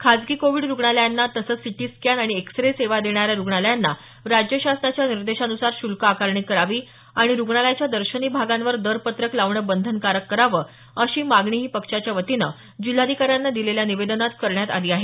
खाजगी कोविड रुग्णालयांना तसंच सिटीस्कॅन आणि एक्स रे सेवा देणाऱ्या रुग्णालयांना राज्य शासनाच्या निर्देशानुसार श्र्ल्क आकारणी करावी आणि रुग्णालयाच्या दर्शनी भागांवर दरपत्रक लावणं बंधनकारक करावं अशी मागणीही पक्षाच्या वतीनं जिल्हाधिकाऱ्यांना दिलेल्या निवेदनात करण्यात आली आहे